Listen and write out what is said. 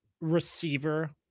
receiver